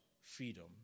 freedom